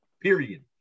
period